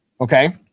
okay